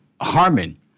Harmon